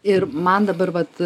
ir man dabar vat